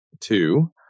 two